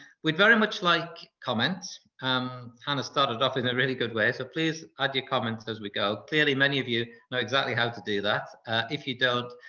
we'd very much like comments, um hannah started off in a really good way, so please add your comments as we go. clearly many of you know exactly how to do that! ah if you don't,